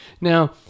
Now